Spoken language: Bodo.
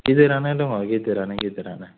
गिदिरानो दङ गिदिरानो